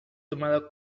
tomado